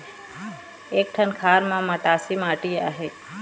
एक ठन खार म मटासी माटी आहे?